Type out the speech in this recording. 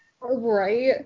Right